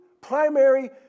primary